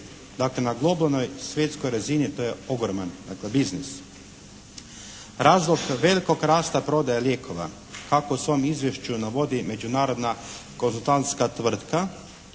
Dakle na globalnoj svjetskoj razini to je ogroman dakle biznis. Razlog velikog rasta prodaje lijekova kako u svom izvješću navodi Međunarodna konzultantska tvrtka